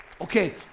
okay